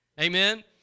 Amen